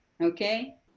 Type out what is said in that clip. okay